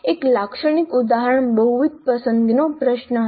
એક લાક્ષણિક ઉદાહરણ બહુવિધ પસંદગીનો પ્રશ્ન હશે